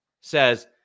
says